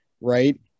right